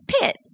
pit